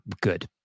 good